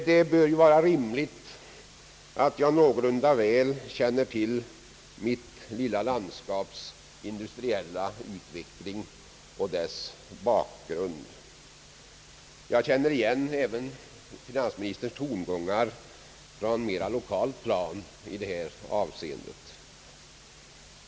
Det bör ju vara rimligt att jag någorlunda väl känner till mitt lilla landskaps industriella utveckling och dess bakgrund. Jag känner även igen finansministerns tongångar från mera lokalt plan i detta avseende.